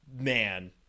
man